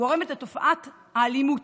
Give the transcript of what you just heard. "גורמת לתופעת האלימות